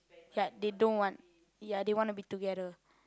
ya they don't want ya they wanna be together